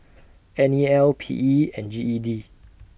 N E L P E and G E D